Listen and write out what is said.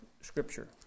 scripture